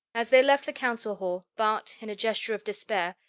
as they left the council hall, bart, in a gesture of despair,